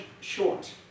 short